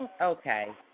okay